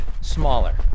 smaller